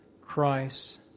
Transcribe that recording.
Christ